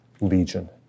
legion